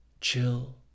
Chill